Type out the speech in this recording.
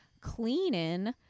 cleaning